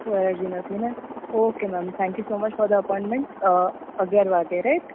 કોઈ એલર્જી નથી ને okay ma'am thank you so much for the appointment અગિયાર વાગ્યે રાઇટ